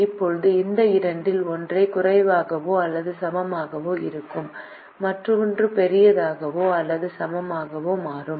இப்போது இந்த இரண்டில் ஒன்று குறைவாகவோ அல்லது சமமாகவோ இருக்கும் மற்றொன்று பெரியதாகவோ அல்லது சமமாகவோ மாறும்